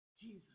Jesus